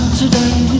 today